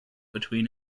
between